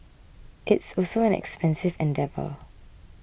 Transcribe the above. it's also an expensive endeavour